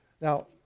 Now